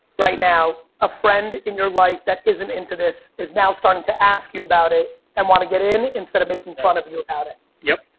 right now, a friend in your life that isn't into this is now starting to ask you about it and want to get in instead of making fun of you at it. yup.